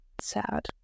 sad